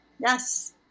Yes